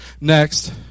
Next